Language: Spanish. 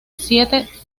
siete